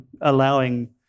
allowing